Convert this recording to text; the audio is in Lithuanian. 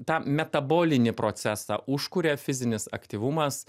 tą metabolinį procesą užkuria fizinis aktyvumas